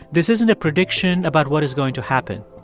this isn't a prediction about what is going to happen.